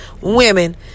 Women